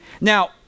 Now